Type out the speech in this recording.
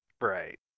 Right